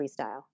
freestyle